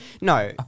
no